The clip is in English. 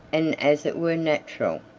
and as it were natural.